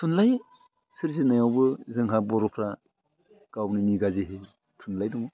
थुनलाइ सोरजिनायावबो जोंहा बर'फ्रा गावनि निजाजिहि थुनलाइ दङ